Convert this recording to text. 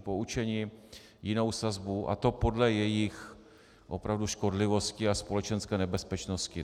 poučeni, jinou sazbu, a to podle jejich opravdu škodlivosti a společenské nebezpečnosti.